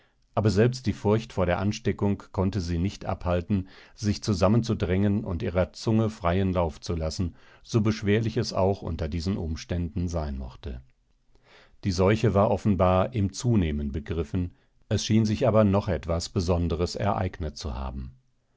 aber selbst die furcht vor der ansteckung konnte sie nicht abhalten sich zusammenzudrängen und ihrer zunge freien lauf zu lassen so beschwerlich es auch unter diesen umständen sein mochte die seuche war offenbar im zunehmen begriffen es schien sich aber noch etwas besonderes ereignet zu haben